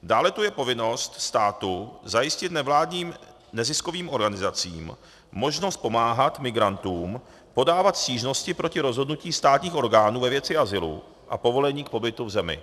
Dále tu je povinnost státu zajistit nevládním neziskovým organizacím možnost pomáhat migrantům podávat stížnosti proti rozhodnutím státních orgánů ve věci azylu a povolení k pobytu v zemi.